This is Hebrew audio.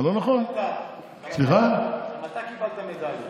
אתה קיבלת מדליה.